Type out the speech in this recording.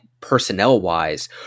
personnel-wise